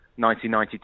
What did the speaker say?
1992